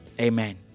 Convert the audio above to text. Amen